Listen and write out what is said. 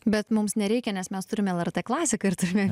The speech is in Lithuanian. bet mums nereikia nes mes turim lrt klasiką ir turime